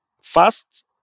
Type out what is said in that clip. first